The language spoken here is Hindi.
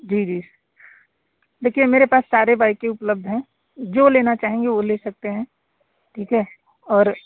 जी जी देखिए मेरे पास सारे बाइकें उपलब्ध हैं जो लेना चाहेंगे वो ले सकते हैं ठीक है और